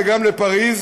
וגם לפריז,